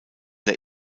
der